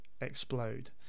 explode